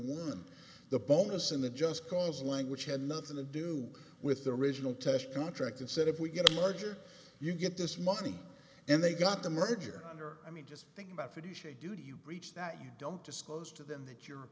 and the bonus in the just cause language had nothing to do with the original test contract and said if we get a larger you get this money and they got the merger under i mean just think about fiduciary duty you reach that you don't disclose to them that you're